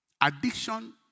addiction